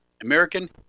American